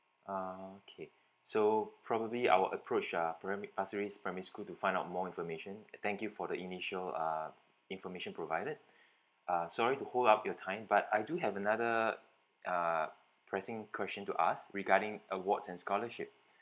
uh okay so probably I will approach uh primary pasir ris primary school to find out more information thank you for the initial uh information provided uh sorry to hold up your time but I do have another uh pressing question to ask regarding awards and scholarship